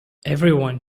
everyone